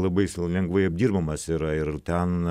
labai lengvai apdirbamas yra ir ten